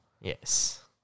Yes